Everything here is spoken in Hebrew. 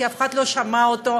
כי אף אחד לא שמע אותו,